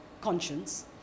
conscience